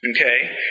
Okay